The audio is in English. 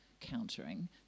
Countering